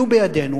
יהיו בידינו.